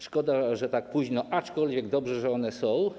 Szkoda, że tak późno, aczkolwiek dobrze, że one są.